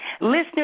Listeners